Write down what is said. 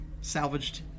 salvaged